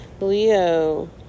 Leo